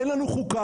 אין לנו חוקה,